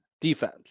defense